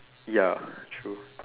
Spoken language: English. ya true